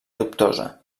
dubtosa